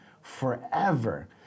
forever